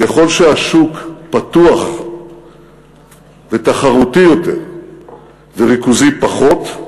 ככל שהשוק פתוח ותחרותי יותר וריכוזי פחות,